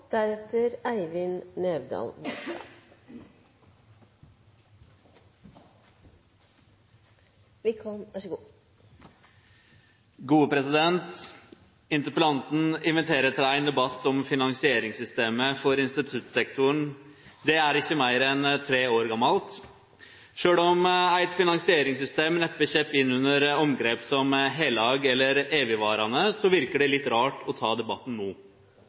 Interpellanten inviterer til ein debatt om finansieringssystemet for instituttsektoren. Det er ikkje meir enn tre år gammalt. Sjølv om eit finansieringssystem neppe kjem inn under omgrep som «heilag» eller «evigvarande», verkar det litt rart å ta debatten